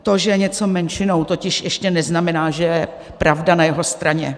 To, že je něco menšinou, totiž ještě neznamená, že je pravda na jeho straně.